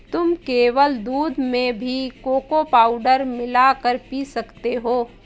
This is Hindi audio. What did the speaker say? तुम केवल दूध में भी कोको पाउडर मिला कर पी सकते हो